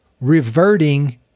reverting